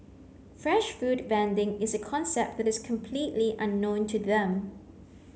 fresh food vending is a concept that is completely unknown to them